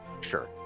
Sure